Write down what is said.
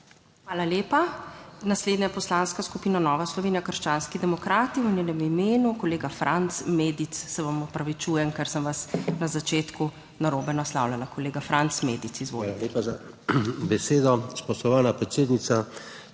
Hvala lepa. Naslednja poslanska skupina Nova Slovenija krščanski demokrati, v njenem imenu kolega Franc Medic. Se vam opravičujem, ker sem vas na začetku narobe naslavljala. Kolega Franc Medic, izvolite. FRANC MEDIC (PS NSi): Hvala lepa za besedo, spoštovana predsednica.